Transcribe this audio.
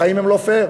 החיים הם לא פייר.